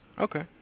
Okay